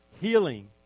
Healing